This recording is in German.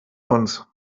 uns